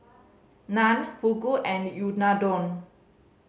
Naan Fugu and Unadon